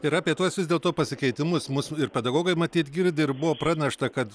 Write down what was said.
ir apie tuos vis dėlto pasikeitimus mus ir pedagogai matyt girdi ir buvo pranešta kad